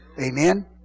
Amen